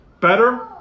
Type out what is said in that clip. Better